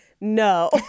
no